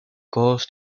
colors